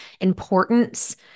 importance